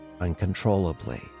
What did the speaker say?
uncontrollably